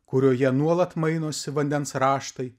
kurioje nuolat mainosi vandens raštai